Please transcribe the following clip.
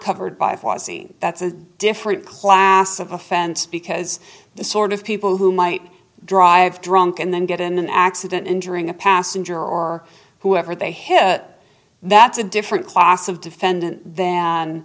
covered by fawzi that's a different class of offense because the sort of people who might drive drunk and then get in an accident injuring a passenger or whoever they hit that's a different class of defendant than